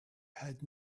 had